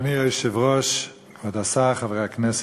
אדוני היושב-ראש, כבוד השר, חברי הכנסת,